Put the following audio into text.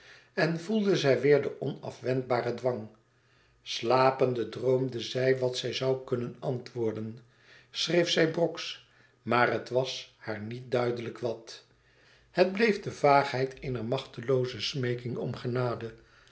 en voelde zij weêr den onafwendbaren dwang slapende droomde zij wat zij zoû kunnen antwoorden schreef zij brox maar het was haar niet duidelijk wat het bleef de vaagheid eener machtelooze smeeking om genade